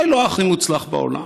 אולי לא הכי מוצלח בעולם,